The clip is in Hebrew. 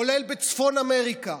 כולל בצפון אמריקה,